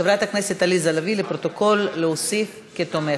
חברת הכנסת עליזה לביא, להוסיף לפרוטוקול כתומכת.